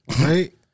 Right